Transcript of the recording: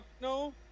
No